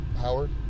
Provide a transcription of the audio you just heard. Howard